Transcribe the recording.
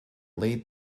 laid